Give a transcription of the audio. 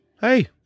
hey